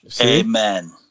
Amen